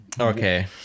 Okay